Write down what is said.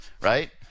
right